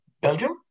Belgium